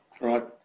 Right